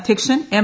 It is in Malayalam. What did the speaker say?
അധ്യക്ഷൻ എം